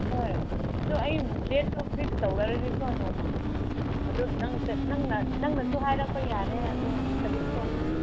ꯍꯣꯏ ꯑꯗꯣ ꯑꯩ ꯗꯦꯗꯇꯨ ꯐꯤꯛꯁ ꯇꯧꯔꯒꯦꯀꯣ ꯅꯣꯡꯃ ꯑꯗꯣ ꯅꯪ ꯅꯪꯅ ꯅꯪꯅꯁꯨ ꯍꯥꯏꯔꯛꯄ ꯌꯥꯔꯦ ꯑꯗꯣ ꯇꯥꯔꯤꯛꯇꯣ